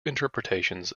interpretations